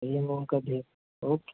उन्हें मौका दें ओके